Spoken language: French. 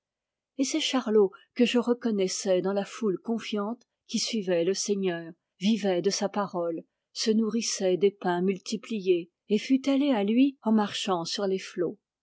et c'est charlot que je reconnaissais dans la foule confiante qui suivait le seigneur vivait de sa parole se nourrissait des pains multipliés et fût allée à lui en marchant sur les flots